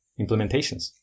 implementations